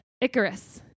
Icarus